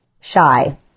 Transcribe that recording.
shy